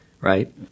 right